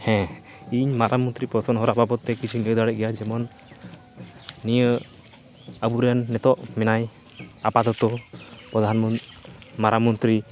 ᱦᱮᱸ ᱤᱧ ᱢᱟᱨᱟᱝ ᱢᱚᱱᱛᱨᱤ ᱯᱨᱚᱥᱚᱱ ᱦᱚᱨᱟ ᱵᱟᱵᱚᱫᱛᱮ ᱠᱤᱪᱷᱩᱧ ᱞᱟᱹᱭ ᱫᱟᱲᱮᱭᱟᱜ ᱜᱮᱭᱟ ᱡᱮᱢᱚᱱ ᱱᱤᱭᱟᱹ ᱟᱵᱚᱨᱮᱱ ᱱᱤᱛᱚᱜ ᱢᱮᱱᱟᱭ ᱟᱯᱟᱛᱚᱛᱚ ᱯᱨᱚᱫᱷᱟᱱ ᱢᱟᱨᱟᱝ ᱢᱚᱱᱛᱨᱤ